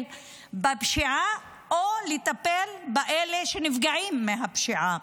בפשיעה או לטפל באלה שנפגעים מהפשיעה,